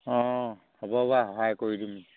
অঁ হ'ব বাৰু সহায় কৰি দিম